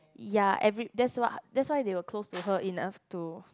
ya every that's wh~ that's why they were close to her enough to